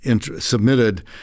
submitted